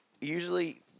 usually